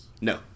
No